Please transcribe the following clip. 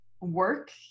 work